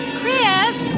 Chris